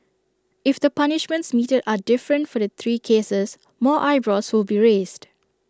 if the punishments meted are different for the three cases more eyebrows will be raised